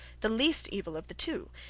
the least evil of the two,